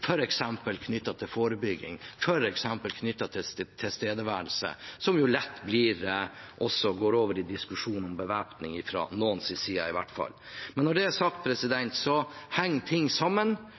til forebygging, f.eks. knyttet til større tilstedeværelse, som lett også går over i diskusjonen om bevæpning – fra noens side i hvert fall. Når det er sagt, henger ting sammen.